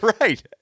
Right